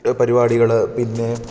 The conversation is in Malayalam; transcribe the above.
പരിപാടികൾ പിന്നെ